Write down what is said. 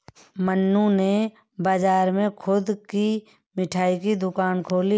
मन्नू ने बाजार में खुद की मिठाई की दुकान खोली है